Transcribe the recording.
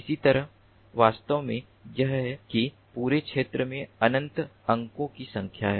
इसी तरह वास्तव में यह है कि पूरे क्षेत्र में अनंत अंकों की संख्या है